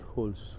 Holes